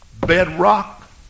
bedrock